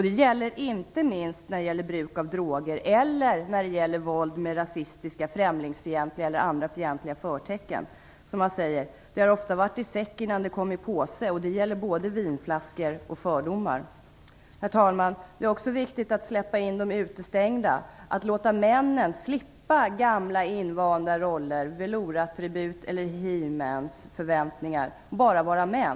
Det gäller inte minst bruk av droger och våld med rasistiska, främlingsfientliga eller andra fientliga förtecken. Man säger ju att det ofta har varit i säck innan det kommer i påse. Det gäller både vinflaskor och fördomar. Herr talman! Det är också viktigt att släppa in de utestängda, att låta männen slippa gamla invanda roller, velourattribut eller hemansförväntningar och bara vara män.